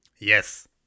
Yes